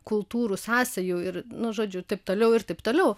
kultūrų sąsajų ir nu žodžiu taip toliau ir taip toliau